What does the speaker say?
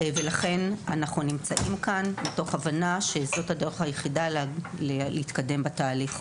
אנחנו נמצאים כאן מתוך הבנה שזאת הדרך הנכונה להתקדם בתהליך.